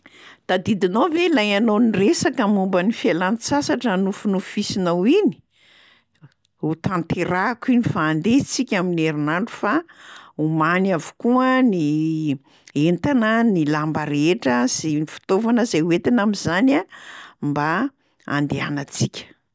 “Tadidinao ve lay ianao niresaka momba ny fialan-tsasatra nofinofinofisinao iny? Ho tanterahako iny fa handeha isika amin'ny herinandro fa omany avokoa ny entana, ny lamba rehetra sy ny fitaovana zay hoentina am'zany a mba handehanantsika.”